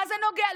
מה זה נוגע,